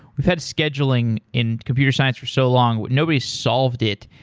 we've had scheduling in computer science for so long. nobody solved it,